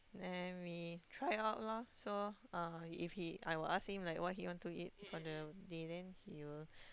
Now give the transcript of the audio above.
then we try out lor so uh if he I will ask him what he like to eat for the day then he will